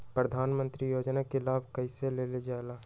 प्रधानमंत्री योजना कि लाभ कइसे लेलजाला?